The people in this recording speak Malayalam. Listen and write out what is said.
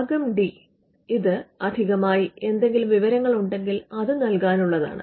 ഭാഗം ഡി ഇത് അധികമായി എന്തെങ്കിലും വിവരങ്ങൾ ഉണ്ടെങ്കിൽ അത് നല്കാനുള്ളതാണ്